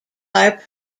are